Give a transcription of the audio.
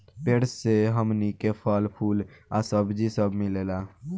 पेड़ से हमनी के फल, फूल आ सब्जी सब मिलेला